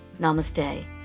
Namaste